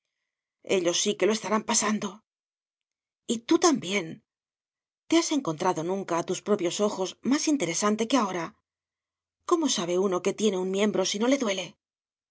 sí que lo estarán pasando y tú también te has encontrado nunca a tus propios ojos más interesante que ahora cómo sabe uno que tiene un miembro si no le duele